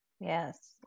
Yes